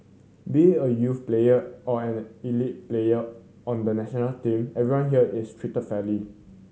be a youth player or an elite player on the national team everyone here is treated fairly